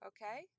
Okay